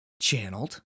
channeled